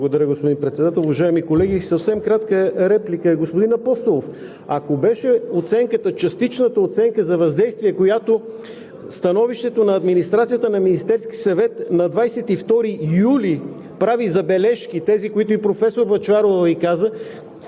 Благодаря, господин Председател! Уважаеми колеги, съвсем кратка реплика. Господин Апостолов, ако частичната оценка за въздействие, по която становището на Администрацията на Министерския съвет на 22 юли прави забележки – тези, които и професор Бъчварова Ви каза,